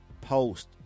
post